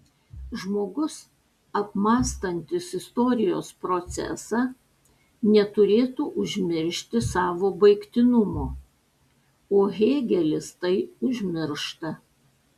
žmogus apmąstantis istorijos procesą neturėtų užmiršti savo baigtinumo o hėgelis tai užmiršta